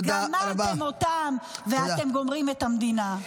גמרתם אותם, ואתם גומרים את המדינה.